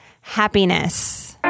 happiness